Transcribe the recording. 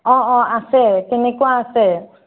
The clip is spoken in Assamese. অঁ অঁ আছে তেনেকুৱা আছে